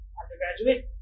undergraduate